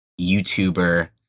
YouTuber